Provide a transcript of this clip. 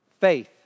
faith